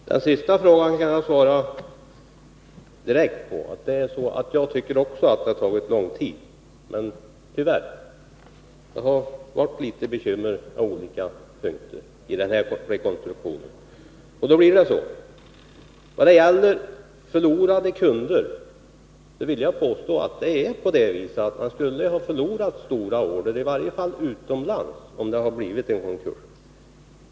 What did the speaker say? Herr talman! Den sista frågan kan jag svara direkt på. Jag tycker också att det tyvärr har tagit lång tid. Det har varit en del bekymmer på olika punkter i samband med den här rekonstruktionen, och då blir det så. Vad gäller förlorade kunder vill jag påstå att det är på det sättet att man skulle ha förlorat stora order i varje fall utomlands, om det hade blivit en konkurs.